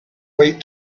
wait